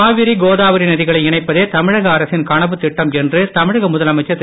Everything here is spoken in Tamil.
காவிரி கோதாவரி நதிகளை இணைப்பதே தமிழக அரசின் கனவுத் என்று தமிழக முதலமைச்சர் திரு